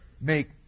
make